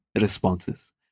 responses